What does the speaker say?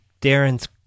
Darren's